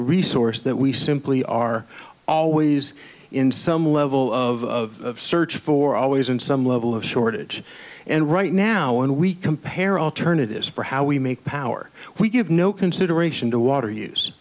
resource that we simply are always in some level of search for always in some level of shortage and right now and we compare alternatives for how we make power we give no consideration to water use